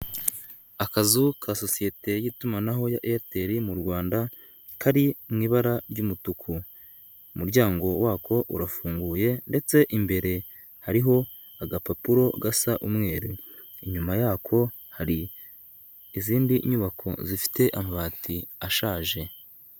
Akazu ka sosiyete y'itumanaho ya airtel mu rwanda kari mu ibara ry'umutuku. Umuryango wako urafunguye, ndetse imbere hariho agapapuro gasa umweru. Inyuma yako hari izindi nyubako zifite amabati ashaje.